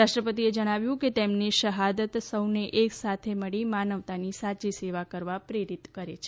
રાષ્ટ્રપતિએ જણાવ્યું કે તેમની શહાદત સૌને એક સાથે મળી માનવતાની સાચી સેવા કરવા પ્રેરિત કરે છે